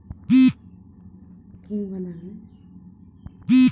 Credit card ನಾಗ ಎಷ್ಟು ತರಹ ಇರ್ತಾವ್ರಿ?